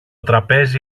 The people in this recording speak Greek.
τραπέζι